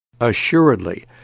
Assuredly